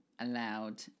allowed